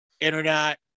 internet